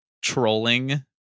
trolling